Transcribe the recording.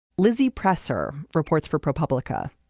lizzie presser reports for propublica.